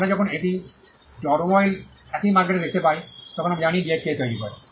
আমরা যখন একটি অটোমোবাইলে একই মার্কটি দেখতে পাই তখন আমরা জানি যে কে তৈরি করেছে